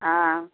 ஆ